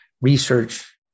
research